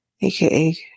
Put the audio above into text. aka